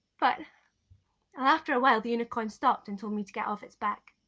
but after a while the unicorn stopped and told me to get off its back.